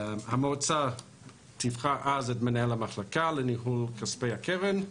המועצה תבחר אז את מנהל המחלקה לניהול כספי הקרן,